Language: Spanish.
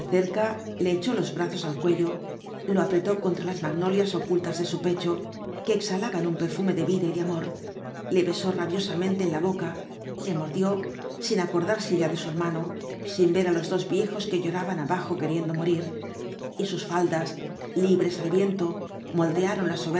le echó los brazos al cuello lo apretó contra las magnolias ocultas de su pecho que exhalaban un perfume de vida y de amor le besó rabiosamente en la boca le mordió sin acordarse ya de su hermano sin ver á los dos viejos que lloraban abajo queriendo morir y sus faldas libres al viento moldearon la